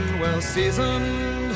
well-seasoned